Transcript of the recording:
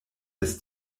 des